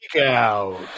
out